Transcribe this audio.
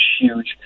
huge